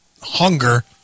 hunger